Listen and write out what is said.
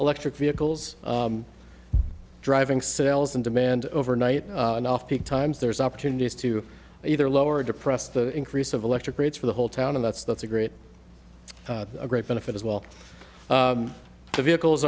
electric vehicles driving sales in demand overnight and off peak times there's opportunities to either lower or depressed the increase of electric rates for the whole town and that's that's a great great benefit as well the vehicles